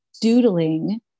doodling